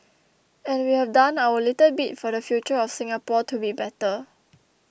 and we have done our little bit for the future of Singapore to be better